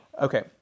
Okay